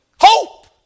Hope